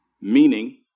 Meaning